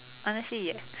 honestly yes